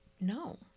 No